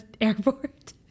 airport